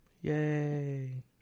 Yay